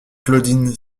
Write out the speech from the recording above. claudine